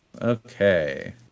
Okay